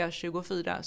24